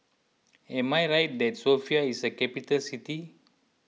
am I right that Sofia is a capital city